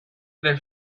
del